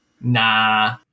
nah